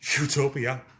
Utopia